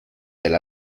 del